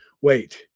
wait